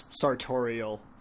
sartorial